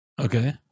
okay